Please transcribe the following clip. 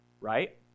right